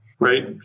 Right